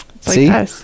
See